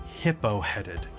hippo-headed